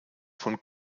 von